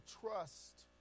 trust